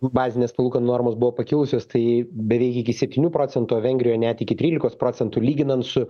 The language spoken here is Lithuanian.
bazinės palūkanų normos buvo pakilusios tai beveik iki septynių procentų o vengrijoj net iki trylikos procentų lyginant su